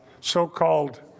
so-called